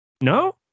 No